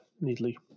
neatly